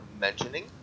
mentioning